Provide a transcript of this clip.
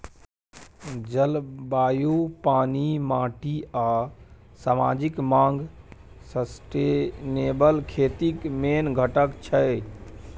जलबायु, पानि, माटि आ समाजिक माँग सस्टेनेबल खेतीक मेन घटक छै